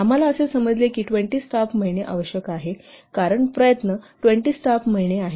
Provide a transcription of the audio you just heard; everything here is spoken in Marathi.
आम्हाला असे समजले आहे की येथे 20 स्टाफ महिने आवश्यक आहेत कारण एफोर्ट 20 स्टाफ महिने आहेत